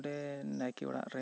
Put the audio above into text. ᱚᱸᱰᱮ ᱱᱟᱭᱠᱮ ᱚᱲᱟᱜ ᱨᱮ